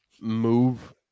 move